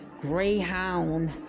greyhound